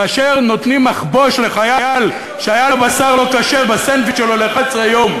כאשר נותנים לחייל שהיה בשר לא כשר בסנדוויץ' שלו מחבוש ל-11 יום,